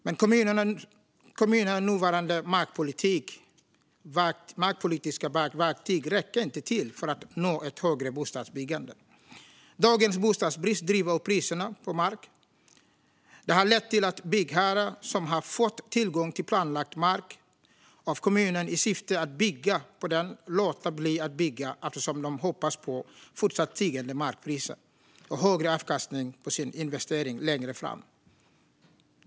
Men kommunernas nuvarande markpolitiska verktyg räcker inte till för att nå ett högre bostadsbyggande. Dagens bostadsbrist driver upp priserna på mark. Detta har lett till att byggherrar som av kommunen har fått tillgång till planlagd mark i syfte att bygga på den låter bli att bygga eftersom de hoppas på fortsatt stigande markpriser och högre avkastning på sin investering längre fram.